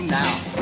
now